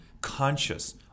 conscious